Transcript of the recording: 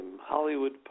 Hollywood